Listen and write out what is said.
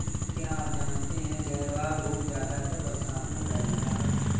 क्या आप जानते है जहरवाद रोग ज्यादातर बरसात में फैलता है?